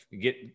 get